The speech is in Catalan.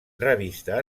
revista